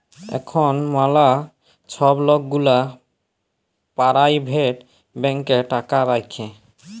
এখল ম্যালা ছব লক গুলা পারাইভেট ব্যাংকে টাকা রাখে